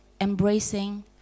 embracing